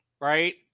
right